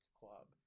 club